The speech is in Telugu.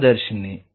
సూక్ష్మదర్శిని